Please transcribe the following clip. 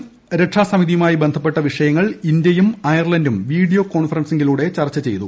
സുരക്ഷാ സമിതിയുമായി ബന്ധപ്പെട്ട വിഷയങ്ങൾ ഇന്ത്യയും അയർലൻഡും വീഡിയോ കോൺഫറൻസിലൂടെ ചർച്ച ചെയ്തു